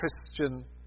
Christian